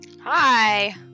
Hi